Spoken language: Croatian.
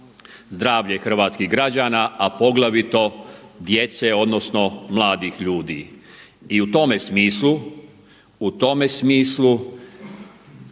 zdravlje hrvatskih građana a poglavito djece odnosno mladih ljudi. I u tome smislu, u tome smislu